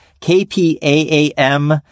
K-P-A-A-M